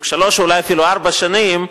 אולי אפילו ארבע שנים,